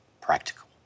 practical